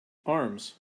arms